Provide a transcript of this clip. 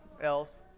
Else